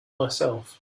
myself